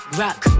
rock